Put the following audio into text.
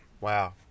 Wow